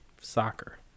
soccer